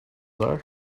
are